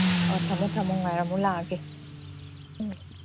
ꯑꯣ ꯊꯝꯃꯣ ꯊꯝꯃꯣ ꯉꯥꯏꯔꯝꯃꯣ ꯂꯥꯛꯑꯒꯦ ꯎꯝ